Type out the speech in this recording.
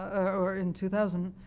or in two thousand,